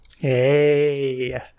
Hey